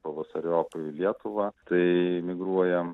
pavasariop į lietuvą tai migruojam